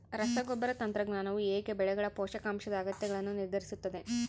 ರಸಗೊಬ್ಬರ ತಂತ್ರಜ್ಞಾನವು ಹೇಗೆ ಬೆಳೆಗಳ ಪೋಷಕಾಂಶದ ಅಗತ್ಯಗಳನ್ನು ನಿರ್ಧರಿಸುತ್ತದೆ?